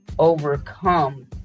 overcome